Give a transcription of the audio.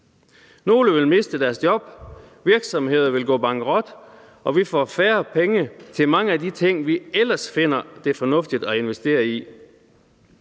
Nogle vil miste deres job. Virksomheder vil gå bankerot, og vi får færre penge til mange af de ting, som vi ellers finder det fornuftigt at investere i.